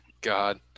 God